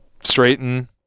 straighten